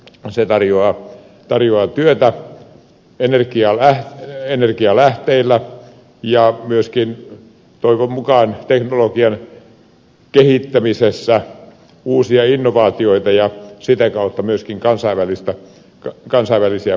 se tarjoaa työtä energialähteillä ja myöskin toivon mukaan teknologian kehittämisessä uusia innovaatioita ja sitä kautta myöskin kansainvälisiä mahdollisuuksia